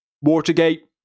Watergate